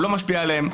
הוא לא משפיע עליהם.